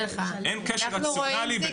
--- אנחנו רואים זיקה --- אין קשר רציונלי בין